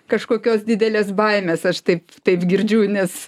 kažkokios didelės baimės aš taip taip girdžiu nes